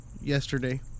yesterday